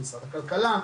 משרד הכלכלה,